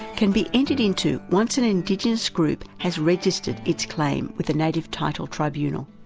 can be entered into once an indigenous group has registered its claim with the native title tribunal.